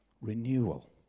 renewal